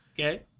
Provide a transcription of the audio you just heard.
Okay